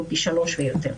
אפילו פי 3 ויותר.